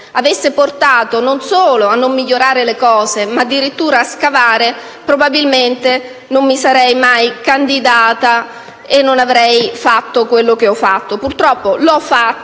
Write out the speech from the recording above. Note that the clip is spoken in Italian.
avesse portato non solo a non migliorare le cose, ma addirittura a scavare, probabilmente non mi sarei mai candidata e non avrei fatto quello che poi ho fatto. Purtroppo, l'ho fatto.